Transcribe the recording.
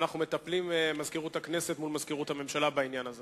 ואנחנו מטפלים בעניין הזה,